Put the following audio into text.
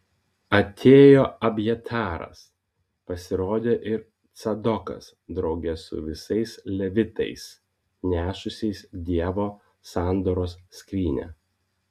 atėjo abjataras pasirodė ir cadokas drauge su visais levitais nešusiais dievo sandoros skrynią